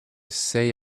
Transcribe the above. say